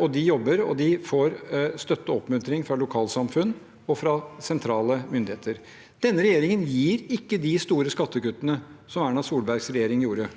og de jobber, og de får støtte og oppmuntring fra lokalsamfunn og fra sentrale myndigheter. Denne regjeringen gir ikke de store skattekuttene som Erna Solbergs regjering gjorde.